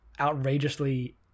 outrageously